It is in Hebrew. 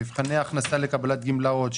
מבחני ההכנסה לקבלת גמלאות,